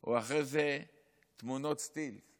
או אחרי זה תמונות סטילס